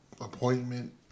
appointment